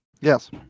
Yes